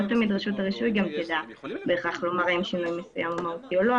לא תמיד רשות הרישוי תדע בהכרח לומר האם שינוי מסוים הוא מהותי או לא.